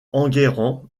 enguerrand